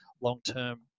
long-term